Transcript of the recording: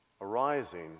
arising